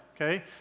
okay